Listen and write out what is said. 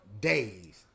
Days